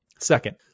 Second